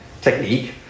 technique